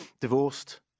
Divorced